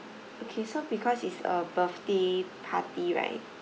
okay so because it's a birthday party right